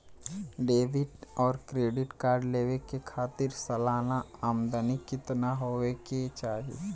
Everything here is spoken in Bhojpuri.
डेबिट और क्रेडिट कार्ड लेवे के खातिर सलाना आमदनी कितना हो ये के चाही?